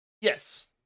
Yes